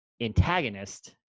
antagonist